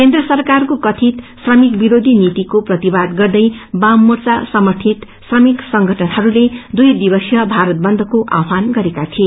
केन्द्र सरकारको कथित श्रमि विरोधी नीतिको प्रतिवाद गर्दै वाममोच्य समर्थित श्रमिक संगठनहरूले दुई दिवसीय भारत बन्दको आवाहान गरेका थिए